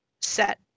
set